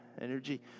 energy